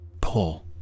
pull